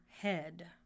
head